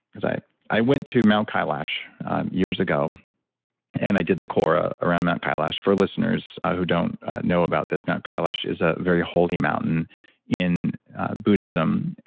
because i i went to mount kailash years ago and i did the korah around mount kailash. for listeners who don't know about this, mount kailash is a very holy mountain in buddhism,